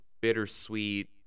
bittersweet